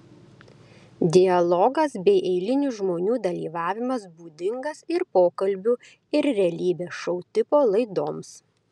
dialogas bei eilinių žmonių dalyvavimas būdingas ir pokalbių ir realybės šou tipo laidoms